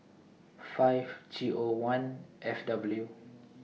five G O one F W